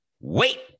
Wait